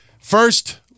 First